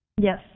Yes